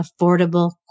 affordable